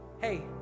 hey